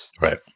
Right